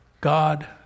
God